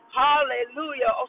hallelujah